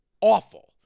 awful